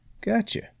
gotcha